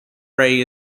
ray